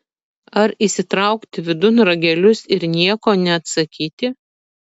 ar įsitraukti vidun ragelius ir nieko neatsakyti